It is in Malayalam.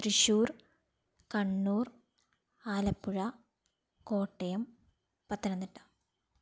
തൃശ്ശൂര് കണ്ണൂര് ആലപ്പുഴ കോട്ടയം പത്തനംതിട്ട